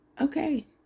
okay